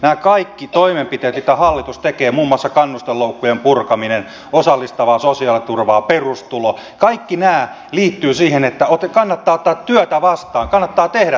nämä kaikki toimenpiteet joita hallitus tekee muun muassa kannustinloukkujen purkaminen osallistava sosiaaliturva perustulo liittyvät siihen että kannattaa ottaa työtä vastaan kannattaa tehdä töitä